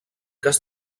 cas